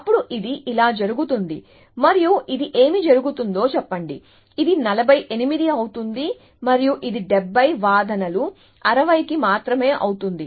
అప్పుడు ఇది ఇలా జరుగుతుంది మరియు ఇది ఏమి జరుగుతుందో చెప్పండి ఇది 48 అవుతుంది మరియు ఇది 70 వాదనలు 60 కి మాత్రమే అవుతుంది